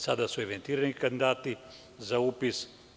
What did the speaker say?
Sada su evidentirani kandidati za upis.